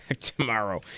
Tomorrow